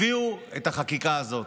הביאו את החקיקה הזאת.